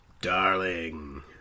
Darling